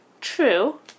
True